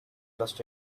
trusted